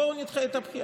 אז בואו נדחה את הבחירה.